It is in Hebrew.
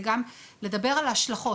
זה גם לדבר על ההשלכות.